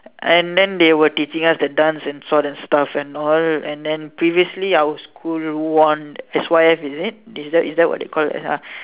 and then they were teaching us the dance and sort and stuff and all and then previously our school won S_Y_F is it is that is that what they call ya